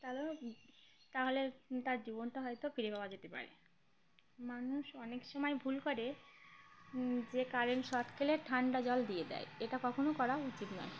তাহলে তাহলে তার জীবনটা হয়তো ফিরে পাওয়া যেতে পারে মানুষ অনেক সময় ভুল করে যে কারেন্ট শক খেলে ঠান্ডা জল দিয়ে দেয় এটা কখনও করা উচিত নয়